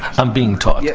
i'm being taught. yeah